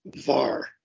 VAR